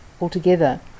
altogether